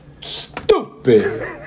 Stupid